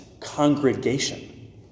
congregation